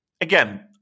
again